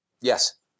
Yes